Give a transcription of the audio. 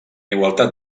igualtat